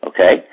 Okay